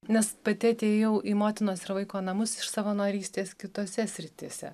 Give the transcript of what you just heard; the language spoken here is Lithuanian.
nes pati atėjau į motinos ir vaiko namus iš savanorystės kitose srityse